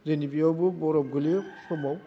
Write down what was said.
जोंनि बेयावबो बरफ गोलैयो समाव